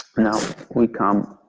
now we come